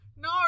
No